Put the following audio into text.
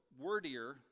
wordier